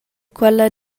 quella